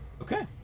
Okay